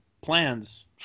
plans